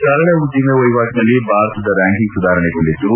ಸರಳ ಉದ್ದಿಮೆ ವಹಿವಾಟಿನಲ್ಲಿ ಭಾರತದ ರ್ಹಾಂಕಿಂಗ್ ಸುಧಾರಣೆಗೊಂಡಿದ್ದು